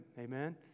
amen